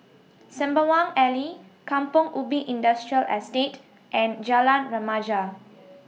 Sembawang Alley Kampong Ubi Industrial Estate and Jalan Remaja